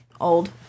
old